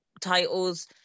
titles